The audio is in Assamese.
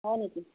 হয় নেকি